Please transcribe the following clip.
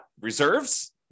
reserves